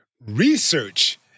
research